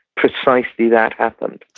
precisely that happened